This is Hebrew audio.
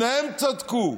שניהם צדקו.